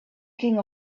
king